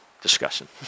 discussion